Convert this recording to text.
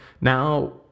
Now